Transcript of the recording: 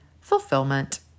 fulfillment